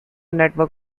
network